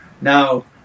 Now